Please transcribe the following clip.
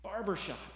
Barbershop